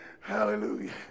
Hallelujah